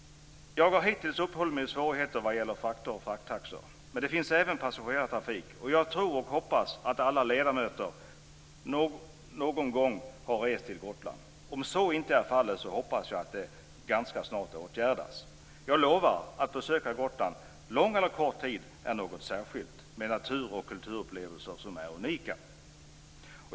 Jag har hittills uppehållit mig vid svårigheter vad gäller frakter och frakttaxor. Men det finns även passagerartrafik. Jag tror och hoppas att alla ledamöter någon gång har rest till Gotland. Om så inte är fallet hoppas jag att detta ganska snart åtgärdas. Jag lovar att ett besök på Gotland, lång eller kort tid, är något särskilt, med natur och kulturupplevelser som är unika.